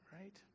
right